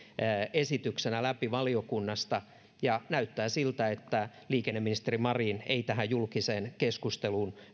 esityksenä läpi valiokunnasta ja näyttää siltä että liikenneministeri marin ei tähän julkiseen keskusteluun